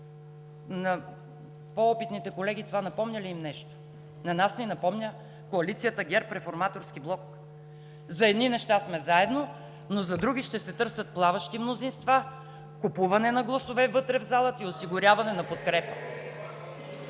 На по-опитните колеги това напомня ли им нещо? На нас ни напомня коалицията ГЕРБ – Реформаторски блок. За едни неща сме заедно, но за други ще се търсят плаващи мнозинства, купуване на гласове вътре в залата и осигуряване на подкрепа.